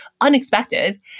unexpected